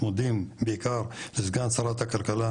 מודים בעיקר לסגן שרת הכלכלה,